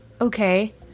Okay